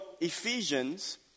Ephesians